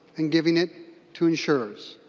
and giving it to insurers.